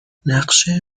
نقشه